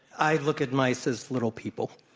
i look at mice as little people.